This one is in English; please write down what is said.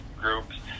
groups